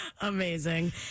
Amazing